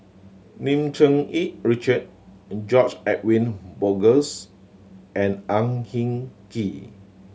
Lim Cherng Yih Richard George Edwin Bogaars and Ang Hin Kee